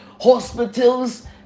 hospitals